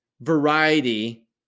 variety